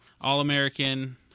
all-American